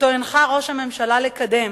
שאותו הנחה ראש הממשלה לקדם,